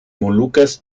molucas